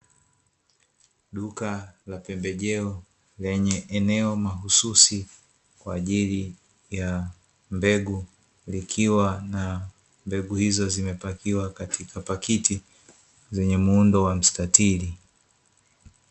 Duka la pembejeo lenye eneo mahususi kwaajili ya mbegu, likiwa na mbegu hizo zimepakiwa katika pakiti zenye muundo wa mstatili.